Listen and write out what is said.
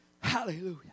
hallelujah